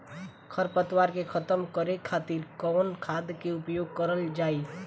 खर पतवार के खतम करे खातिर कवन खाद के उपयोग करल जाई?